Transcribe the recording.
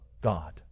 God